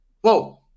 whoa